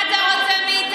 אוסאמה, מה אתה רוצה מאיתנו?